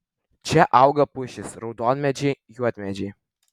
čia auga pušys raudonmedžiai juodmedžiai